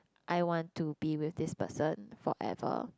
I want to be with this person forever